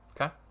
Okay